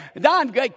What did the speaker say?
Don